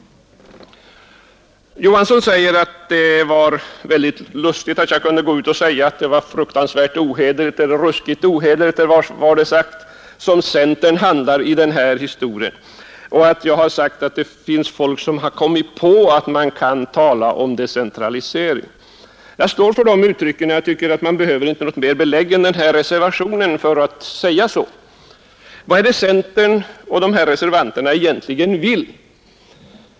Herr Johansson sade att det var mycket lustigt att jag kunde gå ut och säga att centerns handlingssätt var ruskigt ohederligt då det gäller den här historien och att jag kunde säga att det finns folk som har kommit på att man kan tala om decentralisering. Jag står för dessa uttalanden och anser att man inte behöver fler belägg än den här reservationen för att säga så. Vad är det centern och de här reservanterna egentligen vill?